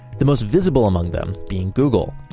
the most visible among them being google.